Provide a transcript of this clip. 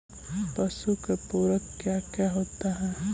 पशु के पुरक क्या क्या होता हो?